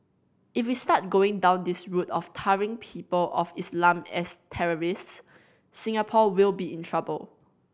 if we start going down this route of tarring people of Islam as terrorists Singapore will be in trouble